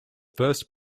first